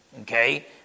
Okay